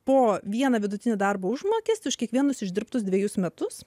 po vieną vidutinį darbo užmokestį už kiekvienus išdirbtus dvejus metus